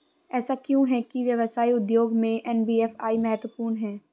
ऐसा क्यों है कि व्यवसाय उद्योग में एन.बी.एफ.आई महत्वपूर्ण है?